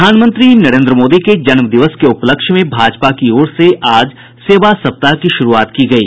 प्रधानमंत्री नरेन्द्र मोदी के जन्म दिवस के उपलक्ष्य में भाजपा की ओर से आज सेवा सप्ताह की शुरूआत की गयी